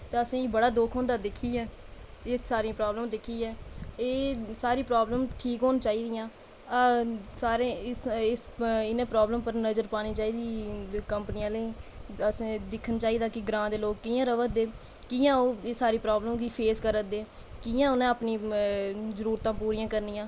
ते असेंगी बड़ा दुक्ख होंदा दिक्खियै एह् सारियां प्रॉब्लमां जेह्कियां एह् सारियां ठीक होनियां चाही दियां सारें ई इनेंगी नज़र पाना चाही दी कंपनी आह्लें गी इनें ई ते दिक्खना चाहिदा की ग्रांऽ दे लोक कि'यां रवा दे न कि'यां ओह् इस सारी प्रॉब्लम गी फेस करा दे ते कि'यां उ'नें अपनियां जरूरतां पूरियां करनियां